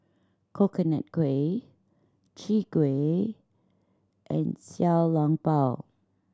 Coconut Kuih Chwee Kueh and Xiao Long Bao